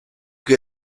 que